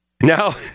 Now